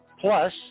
Plus